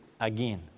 again